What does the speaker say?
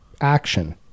action